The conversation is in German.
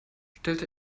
stellt